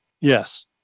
Yes